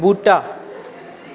बूह्टा